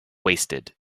wasted